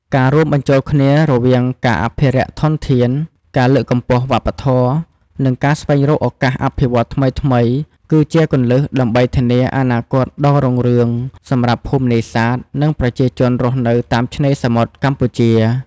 ការរួមបញ្ចូលគ្នារវាងការអភិរក្សធនធាន ការលើកកម្ពស់វប្បធម៌ និងការស្វែងរកឱកាសអភិវឌ្ឍន៍ថ្មីៗ គឺជាគន្លឹះដើម្បីធានាអនាគតដ៏រុងរឿងសម្រាប់ភូមិនេសាទ និងប្រជាជនរស់នៅតាមឆ្នេរសមុទ្រកម្ពុជា។